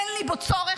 אין לי בו צורך.